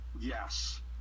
yes